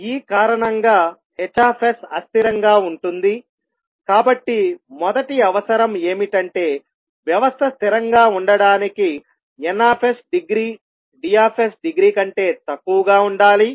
ఈ కారణంగా Hs అస్థిరంగా ఉంటుందికాబట్టి మొదటి అవసరం ఏమిటంటే వ్యవస్థ స్థిరంగా ఉండటానికి Ns డిగ్రీ D డిగ్రీ కంటే తక్కువగా ఉండాలి